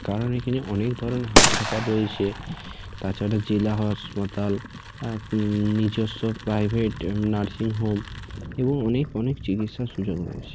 কারণ এখানে অনেক ধরনের হাসপাতাল রয়েছে তাছাড়া জেলা হাসপাতাল পো নিজস্ব প্রাইভেট নার্সিংহোম এবং অনেক অনেক চিকিৎসার সুযোগ রয়েছে